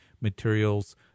materials